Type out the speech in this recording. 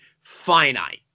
finite